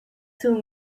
too